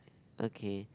okay